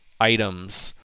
items